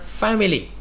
family